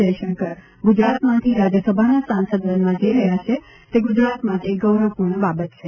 જયશંકર ગુજરાતમાંથી રાજ્યસભાના સાંસદ બનવા જઇ રહ્યા છે તે ગુજરાત માટે ગૌરવપૂર્ણ બાબત છે